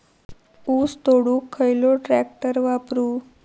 ऊस तोडुक खयलो ट्रॅक्टर वापरू?